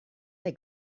they